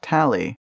Tally